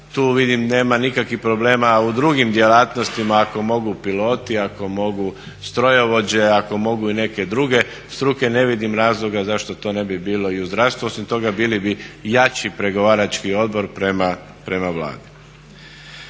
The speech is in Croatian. tu vidim nema nikakvih problema u drugim djelatnostima. Ako mogu piloti, ako mogu strojovođe, ako mogu i neke druge struke ne vidim razloga zašto to ne bi bilo i u zdravstvu. Osim toga bili bi jači pregovarački odbor prema Vladi.